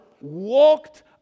walked